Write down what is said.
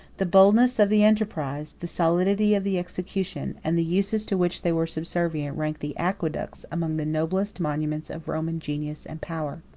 the boldness of the enterprise, the solidity of the execution, and the uses to which they were subservient, rank the aqueducts among the noblest monuments of roman genius and power.